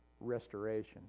Restoration